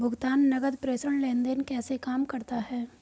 भुगतान नकद प्रेषण लेनदेन कैसे काम करता है?